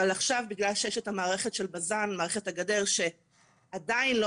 אבל עכשיו בגלל שיש את מערכת הגדר של בזן שעדיין לא